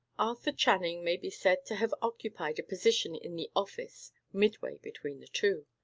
arthur channing may be said to have occupied a position in the office midway between the two.